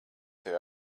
tevi